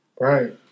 Right